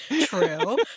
True